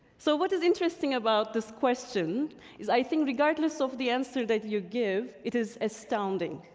so, what is interesting about this question is i think regardless of the answer that you give, it is astounding.